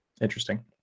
interesting